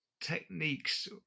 techniques